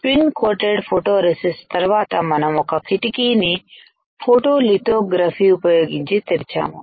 స్స్పీన్డ్ coated photo resist తర్వాత మనం ఒక కిటికీని ఫోటో లి తో గ్రఫీ ఉపయోగించి తెరిచాము